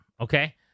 okay